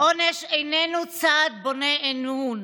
עונש אינו צעד בונה אמון.